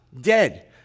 dead